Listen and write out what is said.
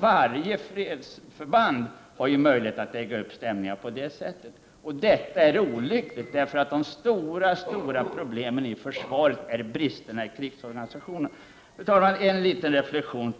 varje fredsförband har ju möjlighet att egga upp stämningen. Det är olyckligt, för de stora problemen inom försvaret är bristerna i krigsorganisationen. Fru talman! Till sist vill jag göra en liten reflexion.